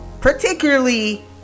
particularly